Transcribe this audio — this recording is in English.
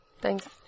Thanks